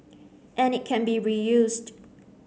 and it can be reused